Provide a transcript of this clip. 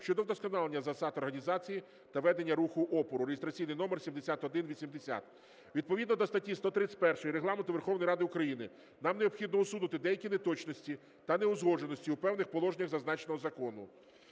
щодо вдосконалення засад організації та ведення руху опору (реєстраційний номер 7180). Відповідно до статті 131 Регламенту Верховної Ради України нам необхідно усунути деякі неточності та неузгодженості у певних положеннях зазначеного закону.